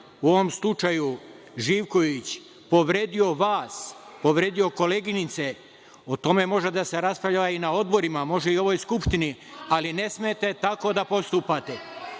u ovom slučaju Živković, povredio vas, povredio koleginice, o tome može da se raspravlja i na odborima, može i na ovoj Skupštini, ali ne smete tako da postupate.(Marija